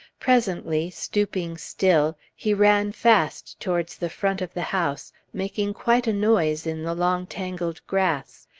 presently, stooping still, he ran fast towards the front of the house, making quite a noise in the long tangled grass.